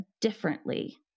differently